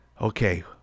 Okay